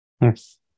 Yes